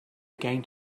again